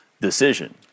Decision